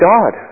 God